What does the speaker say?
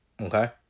Okay